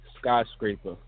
Skyscraper